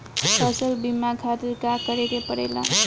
फसल बीमा खातिर का करे के पड़ेला?